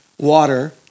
water